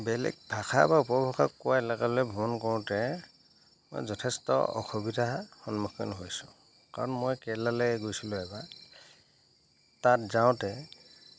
বেলেগ ভাষা বা উপভাষা কোৱা এলেকালৈ ভ্ৰমণ কৰোঁতে মই যথেষ্ট অসুবিধা সন্মুখীন হৈছোঁ কাৰণ মই কেৰেলালৈ গৈছিলোঁ এবাৰ তাত যাওঁতে